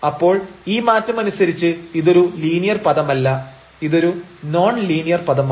അപ്പോൾ ഈ മാറ്റമനുസരിച്ച് ഇതൊരു ലീനിയർ പദമല്ല ഇതൊരു നോൺലീനിയർ പദമാണ്